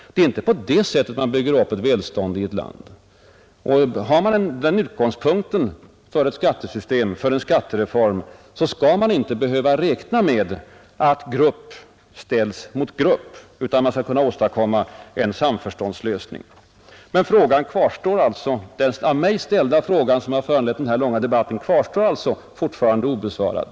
Det är inte på det sättet man bör bygga upp landets välstånd. Har man min utgångspunkt för en skattereform, skall man inte behöva räkna med att grupp ställs mot grupp utan kunna åstadkomma en samförståndslösning. Den av mig ställda frågan som föranlett vår långa debatt kvarstår alltså fortfarande obesvarad.